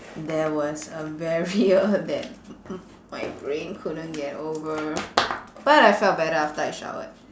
there was a barrier that my brain couldn't get over but I felt better after I showered